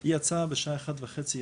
היא יצאה מהבית